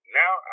now